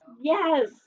Yes